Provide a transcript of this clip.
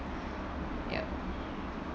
yup